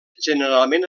generalment